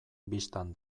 bistan